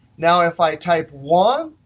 now if i type one,